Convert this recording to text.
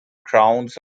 grounds